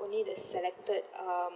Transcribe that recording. only the selected um